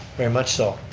very much so.